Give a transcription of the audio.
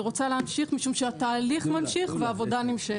אני רוצה להמשיך משום שהתהליך ממשיך והעבודה נמשכת.